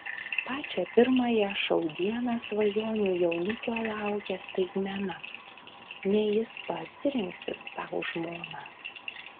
pačią pirmąją šou dieną svajonių jaunikio laukia staigmena ne jis pats rinksis sau žmoną